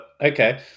okay